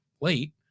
late